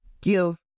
give